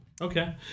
Okay